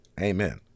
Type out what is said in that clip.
Amen